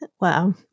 Wow